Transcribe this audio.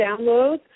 downloads